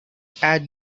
had